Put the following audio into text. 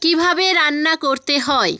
কীভাবে রান্না করতে হয়